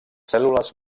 cèl·lules